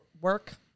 work